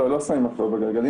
לא, לא שמים מקלות בגלגלים.